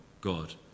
God